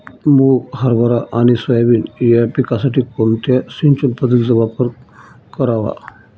मुग, हरभरा आणि सोयाबीन या पिकासाठी कोणत्या सिंचन पद्धतीचा वापर करावा?